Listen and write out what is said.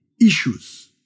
issues